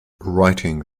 writing